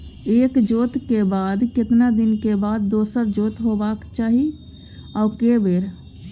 एक जोत के बाद केतना दिन के बाद दोसर जोत होबाक चाही आ के बेर?